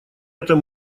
этом